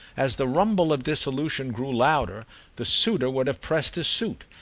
as the rumble of dissolution grew louder the suitor would have pressed his suit,